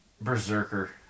Berserker